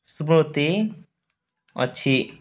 ସ୍ମୃତି ଅଛି